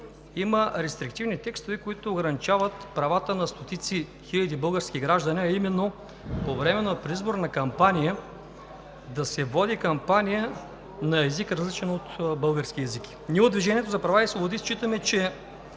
има рестриктивни текстове, които ограничават правата на стотици хиляди български граждани, а именно по време на предизборна кампания да се води кампания на език, различен от български език. Ние от „Движението за права и свободи“ считаме, че